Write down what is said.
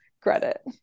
credit